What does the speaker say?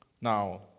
Now